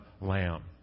Lamb